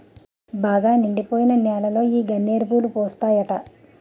బాగా నిండిపోయిన నేలలో ఈ గన్నేరు పూలు పూస్తాయట